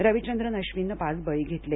रविचंद्रन अश्विनने पाच बळी घेतले